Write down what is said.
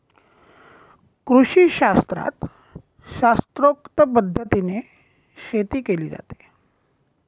कृषीशास्त्रात शास्त्रोक्त पद्धतीने शेती केली जाते